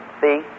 See